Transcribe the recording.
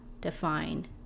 define